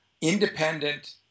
independent